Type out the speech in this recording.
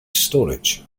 storage